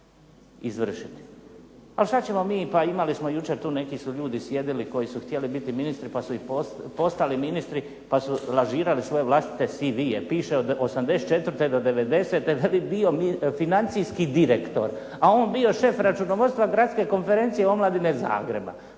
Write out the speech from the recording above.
Ali šta ćemo mi, pa imali smo jučer tu neki su ljudi sjedili koji su htjeli biti ministri pa su i postali ministri pa su lažirali svoje vlastite CV-ije. Piše od '84. do '90. veli bio financijski direktor, a on bio šef računovodstva Gradske konferencije omladine Zagreba.